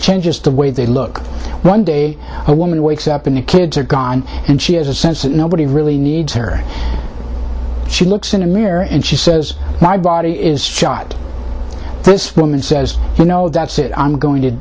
nges the way they look one day a woman wakes up and the kids are gone and she has a sense that nobody really needs her she looked in a mirror and she says my body is shot this woman says you know that's it i'm going to